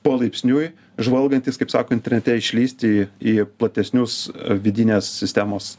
polaipsniui žvalgantis kaip sako internete išlįsti į platesnius vidinės sistemos